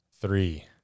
Three